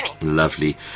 Lovely